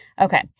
Okay